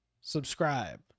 subscribe